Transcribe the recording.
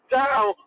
down